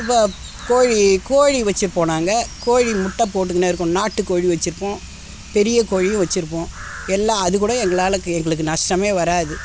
இப்போ கோழி கோழி வெச்சுருப்போம் நாங்கள் கோழி முட்டை போட்டுக்குன்னே இருக்கும் நாட்டுக்கோழி வெச்சுருப்போம் பெரிய கோழியும் வெச்சுருப்போம் எல்லா அது கூட எங்களால் கு எங்களுக்கு நஷ்டமே வராது